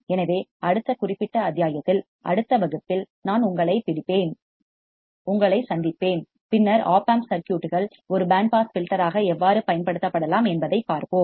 எனவே அடுத்த குறிப்பிட்ட அத்தியாயத்தில் அடுத்த வகுப்பில் நான் உங்களை சந்திப்பேன் பின்னர் ஒப்ஆம்ப் சர்க்யூட்கள் ஒரு பேண்ட் பாஸ் ஃபில்டர் ஆக எவ்வாறு பயன்படுத்தப்படலாம் என்பதைப் பார்ப்போம்